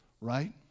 right